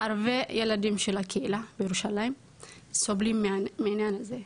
הרבה ילדים של הקהילה בירושלים סובלים מהעניין הזה,